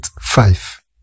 five